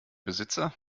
besitzer